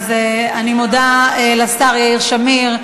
אז אני מודה לשר יאיר שמיר.